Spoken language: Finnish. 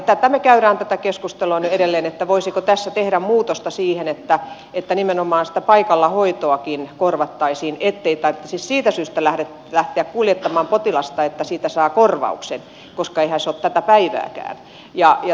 tätä keskustelua me käymme nyt edelleen voisiko tässä tehdä muutosta siihen että nimenomaan sitä paikallahoitoakin korvattaisiin ettei tarvitsisi siitä syystä lähteä kuljettamaan potilasta että siitä saa korvauksen koska eihän se ole tätä päivääkään